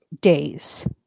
days